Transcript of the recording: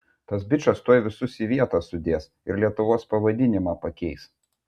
tas bičas tuoj visus į vietą sudės ir lietuvos pavadinimą pakeis